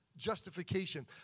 justification